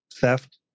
theft